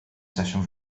sesiwn